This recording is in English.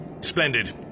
Splendid